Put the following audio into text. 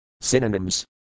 Synonyms